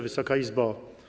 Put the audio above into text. Wysoka Izbo!